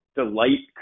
delight